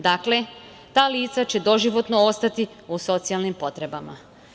Dakle, ta lica će doživotno ostati u socijalnim potrebama.